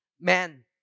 man